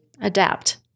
adapt